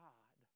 God